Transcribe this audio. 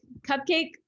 Cupcake